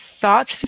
thoughts